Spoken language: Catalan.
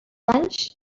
anys